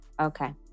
okay